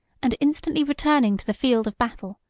and instantly returning to the field of battle,